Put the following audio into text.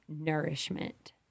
Nourishment